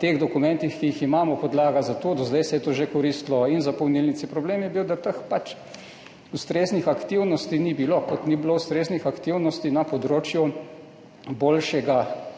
teh dokumentih, ki jih imamo, podlaga za to, do zdaj se je to že koristilo za polnilnice, problem je bil, da pač teh ustreznih aktivnosti ni bilo, kot ni bilo ustreznih aktivnosti na področju boljšega umeščanja